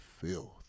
filth